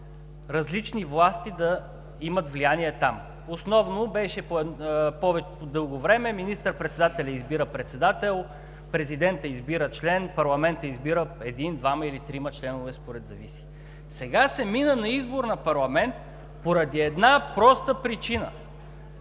различни власти да имат влияние там. Основно беше, по-дълго време, министър-председателят избира председател, президентът избира член, парламентът избира един, двама или трима членове според зависи. Сега се мина на избор от парламент поради една проста причина: